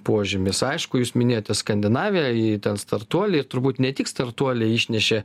požymis aišku jūs minėjote skandinaviją ten startuoliai ir turbūt ne tik startuoliai išnešė